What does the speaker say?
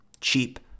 Cheap